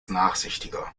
nachsichtiger